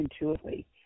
intuitively